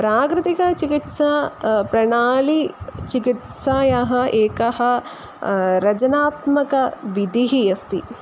प्राकृतिकचिकित्सा प्रणालीचिकित्सायाः एकः रचनात्मकविधिः अस्ति